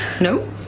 No